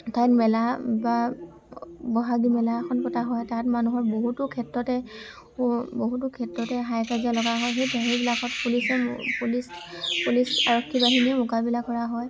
ঠাইত মেলা বা বহাগী মেলা এখন পতা হয় তাত মানুহৰ বহুতো ক্ষেত্ৰতে বহুতো ক্ষেত্ৰতে হাই কাজিয়া লগা হয় সেই সেইবিলাকত পুলিচে পুলিচ পুলিচ আৰক্ষী বাহিনীও মকামিলা কৰা হয়